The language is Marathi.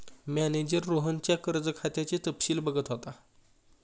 मॅनेजर रोहनच्या कर्ज खात्याचे तपशील बघत होता